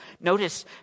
Notice